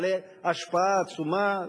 בעלי השפעה עצומה,